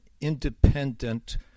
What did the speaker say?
independent